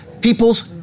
People's